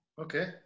Okay